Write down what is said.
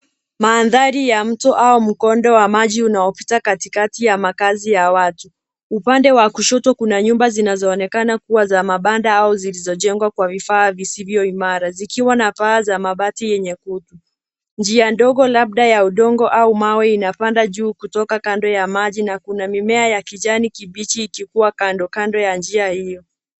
Mandhari ya mto au mkondo wa maji unaopita katikati ya makazi ya watu. Upande wa kushoto kuna nyumba zinazoonekana kuwa za mabanda ama zilizojengwa kwa vifaa visivyo imara. Zikiwa na paa za mabati yenye kutu. Njia ndogo labda ya udongo au mawe inapanda juu kutoka kando ya maji na kuna mimea ya kijani kibichi ikikua kandokando ya njia hiyo.